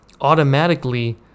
automatically